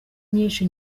myinshi